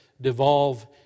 devolve